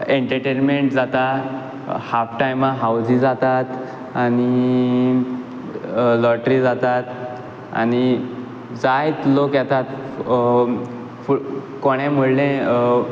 entertainment जाता half टायमा housie जातात आनी लॉटरी जातात आनी जायत लोक येता कोणें म्हणलें